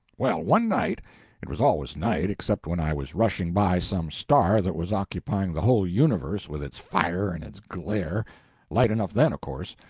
well, one night it was always night, except when i was rushing by some star that was occupying the whole universe with its fire and its glare light enough then, of course,